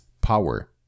power